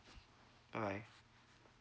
bye bye